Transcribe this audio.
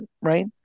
right